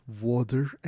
Water